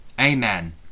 Amen